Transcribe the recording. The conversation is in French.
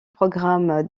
programmes